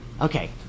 Okay